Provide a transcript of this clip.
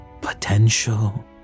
Potential